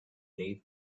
dave